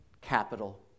capital